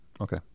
Okay